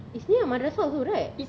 it's near a madrasah also right